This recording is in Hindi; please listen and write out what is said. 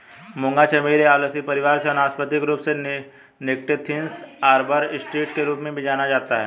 मूंगा चमेली ओलेसी परिवार से वानस्पतिक रूप से निक्टेन्थिस आर्बर ट्रिस्टिस के रूप में जाना जाता है